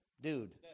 Dude